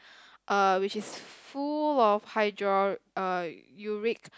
uh which is full of hydro~ uh ~uric